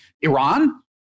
Iran